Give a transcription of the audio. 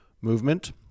movement